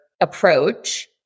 approach